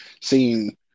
seeing